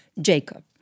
Jacob